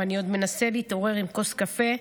ואני עוד מנסה להתעורר עם כוס קפה,